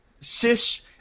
shish